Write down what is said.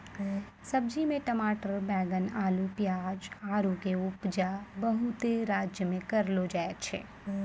सब्जी मे टमाटर बैगन अल्लू पियाज आरु के उपजा बहुते राज्य मे करलो जाय छै